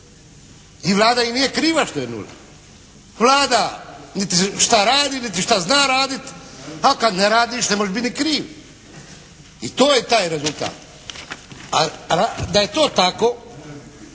I Vlada nije kriva što je nula. Vlada niti šta radi, niti šta zna raditi, a kad ne radiš ne možeš biti ni kriv. I to je taj rezultat. A da je to tako